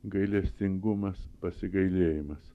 gailestingumas pasigailėjimas